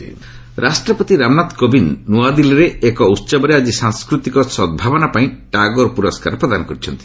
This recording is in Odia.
ପ୍ରେଜ୍ ଟାଗୋର ରାଷ୍ଟ୍ରପତି ରାମନାଥ କୋବିନ୍ଦ ନୂଆଦିଲ୍ଲୀରେ ଏକ ଉତ୍ସବରେ ଆଜି ସାଂସ୍କୃତିକ ସଦ୍ଭାବନା ପାଇଁ ଟାଗୋର ପୁରସ୍କାର ପ୍ରଦାନ କରିଛନ୍ତି